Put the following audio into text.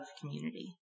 community